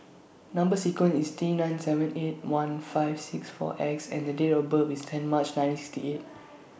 Number sequence IS T nine seven eight one five six four X and Date of birth IS ten March nineteen sixty eight